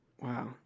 Wow